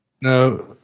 No